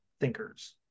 thinkers